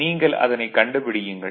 நீங்கள் அதனைக் கண்டுபிடியுங்கள்